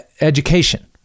education